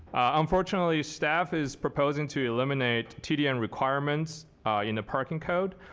unfortunately staff is proposing to eliminate tdm requirements in the parking code.